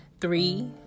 Three